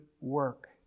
work